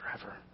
forever